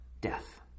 death